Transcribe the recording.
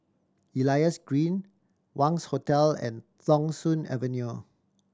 Elias Green Wangz Hotel and Thong Soon Avenue